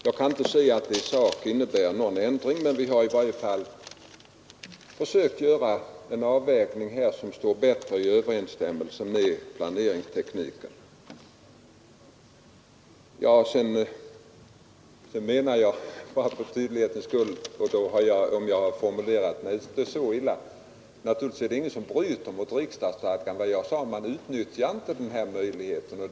Jag kan inte se att vårt förslag i sak innebär någon ändring, men vi har försökt göra en avvägning som står i bättre överensstämmelse med planeringsmetodiken i övrigt. För tydlighetens skull vill jag säga — om jag nu formulerade mig illa — att det naturligtvis inte är någon som bryter mot riksdagsstadgan, utan jag sade att man inte utnyttjar den möjlighet stadgan ger.